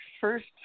first